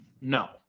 No